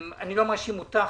אני לא מאשים אותך.